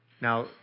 Now